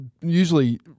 usually